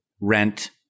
Rent